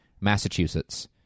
Massachusetts